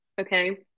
Okay